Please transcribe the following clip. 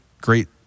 great